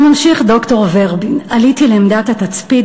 וממשיך ד"ר ורבין: "עליתי לעמדת התצפית